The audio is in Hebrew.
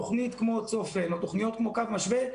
תוכנית כמו "צופן" או תוכניות כמו "קו משווה",